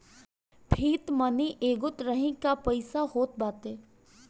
fiat money एगो तरही कअ पईसा होत बाटे